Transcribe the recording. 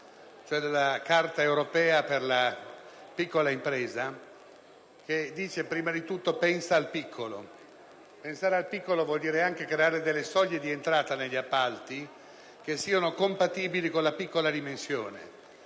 cioè della Carta europea per la piccola impresa, che prima di tutto afferma il principio: "Pensa al piccolo". Pensare al piccolo vuol dire anche creare delle soglie di entrata negli appalti compatibili con la piccola dimensione,